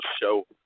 show